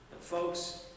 Folks